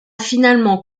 finalement